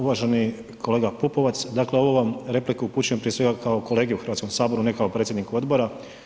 Uvaženi kolega Pupovac, dakle ovu vam repliku upućujem prije svega kao kolegi u Hrvatskom saboru ne kao predsjedniku odbora.